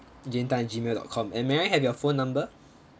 jane tan at Gmail dot com and may I have your phone number